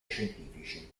scientifici